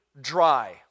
dry